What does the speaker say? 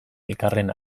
elkarren